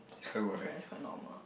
okay it's quite normal